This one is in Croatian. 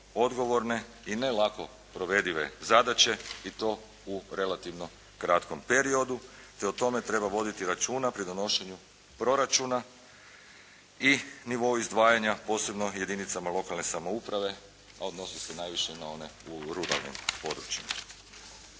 i ne lako provedive zadaće i to u relativno kratkom periodu te o tome treba voditi računa pri donošenju proračuna i nivo izdvajanja posebno jedinicama lokalne samouprave, a odnosi se najviše na one u ruralnim područjima.